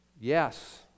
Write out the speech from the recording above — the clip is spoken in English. Yes